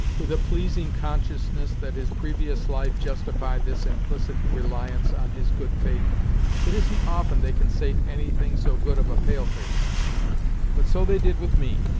with a pleasing consciousness that his previous life justified this implicit reliance on his good faith it isn't often they consait any thing so good of a pale-face but so they did with me,